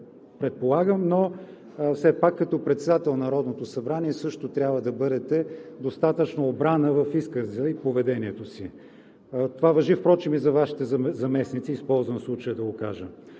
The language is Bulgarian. предполагам, но все пак като председател на Народното събрание също трябва да бъдете достатъчно обрана и в изказа Ви, и в поведението си. Това важи впрочем и за Вашите заместници – използвам случая да го кажа.